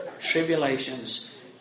tribulations